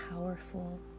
powerful